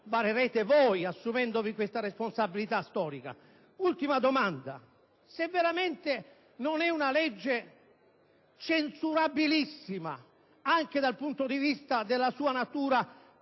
varerete voi, assumendovi questa responsabilità storica. Seconda e ultima domanda: se veramente non è una legge censurabilissima, anche dal punto di vista della sua natura